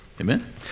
Amen